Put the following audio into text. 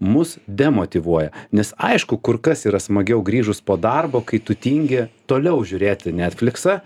mus demotyvuoja nes aišku kur kas yra smagiau grįžus po darbo kai tu tingi toliau žiūrėti netfliksą